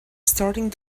starting